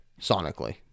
sonically